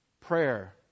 prayer